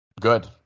good